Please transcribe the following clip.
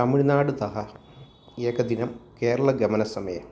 तमिळ्नाडुतः एकदिनं केरलागमनसमये